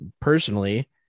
personally